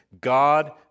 God